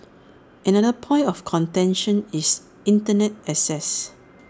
another point of contention is Internet access